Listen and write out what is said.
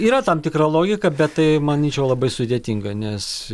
yra tam tikra logika bet tai manyčiau labai sudėtinga nes